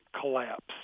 collapse